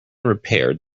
repaired